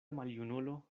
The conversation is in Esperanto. maljunulo